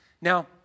Now